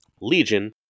Legion